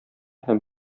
һәм